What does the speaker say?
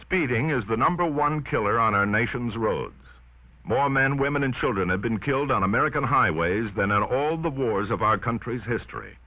speeding is the number one killer on our nation's road more men women and children have been killed on american highways than all the wars of our country's history